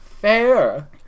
fair